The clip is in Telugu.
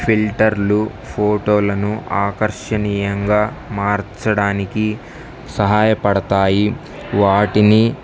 ఫిల్టర్లు ఫోటోలను ఆకర్షణీయంగా మార్చడానికి సహాయపడతాయి వాటిని